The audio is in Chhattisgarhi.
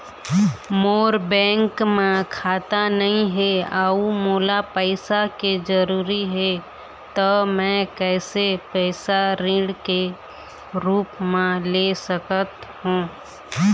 मोर बैंक म खाता नई हे अउ मोला पैसा के जरूरी हे त मे कैसे पैसा ऋण के रूप म ले सकत हो?